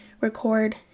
record